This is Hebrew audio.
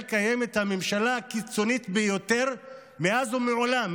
קיימת הממשלה הקיצונית ביותר מאז ומעולם,